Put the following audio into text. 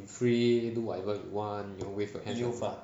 free do whatever you want you want wave your hand